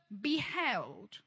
beheld